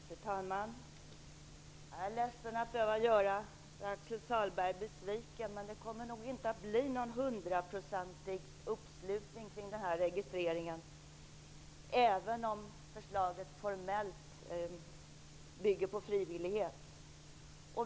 Fru talman! Jag är ledsen att behöva göra Pär Axel Sahlberg besviken, men det kommer nog inte att bli någon hundraprocentig uppslutning kring den här registreringen, även om förslaget formellt bygger på frivillighet.